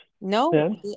No